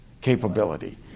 capability